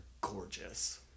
gorgeous